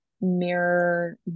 mirror